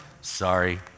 sorry